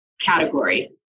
category